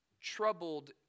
Troubled